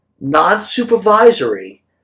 non-supervisory